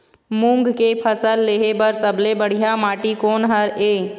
मूंग के फसल लेहे बर सबले बढ़िया माटी कोन हर ये?